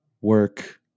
work